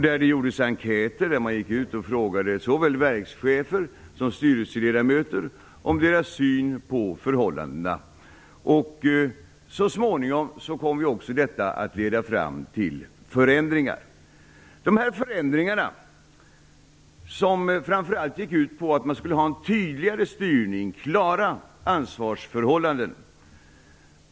Det genomfördes enkäter där man gick ut och frågade såväl verkschefer som styrelseledamöter om deras syn på förhållandena. Så småningom kom detta också att leda fram till förändringar. De här förändringarna gick framför allt ut på att man skulle ha en tydligare styrning med klara ansvarsförhållanden.